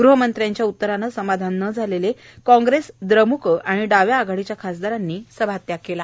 ग़हमंत्र्यांच्या उतरानं समाधान न झालेले कांग्रेस द्रम्क आणि डाव्या आघाडीच्या खासदारांनी सभा त्याग केला